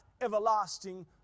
everlasting